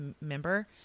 member